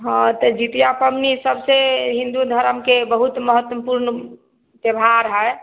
हँ तऽ जितिआ पबनी सभसँ हिन्दू धर्मके बहुत महत्मपूर्ण त्यौहार हइ